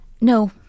No